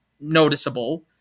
noticeable